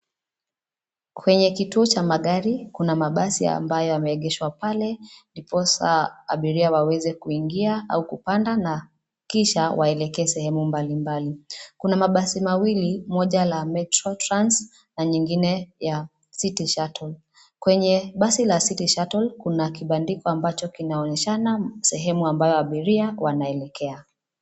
Kwenye kituo cha magari kuna mabasi ambayo yameegeshwa pale , ndiposa abiria waweze kuingia au kupanda na kisha waelekee sehemu mbali mbali. Kuna mabasi mawili, moja la metro trans na nyingine ya city shuttle. Kwenye basi la city shuttle, kuna kibandiko ambacho kinaonyeshana sehemu ambayo abiria wanaelekea.